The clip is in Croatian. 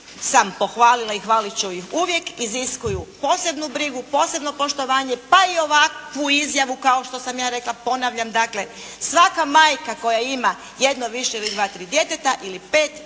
sam pohvalila i hvalit ću ih uvijek iziskuju posebnu brigu, posebno poštovanje pa i ovakvu izjavu kao što sam ja rekla, ponavljam dakle. Svaka majka koja ima jedno, više ili dva, tri djeteta ili pet vrijedi